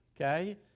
okay